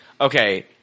okay